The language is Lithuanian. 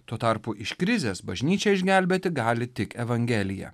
tuo tarpu iš krizės bažnyčią išgelbėti gali tik evangelija